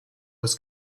was